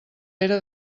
era